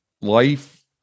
life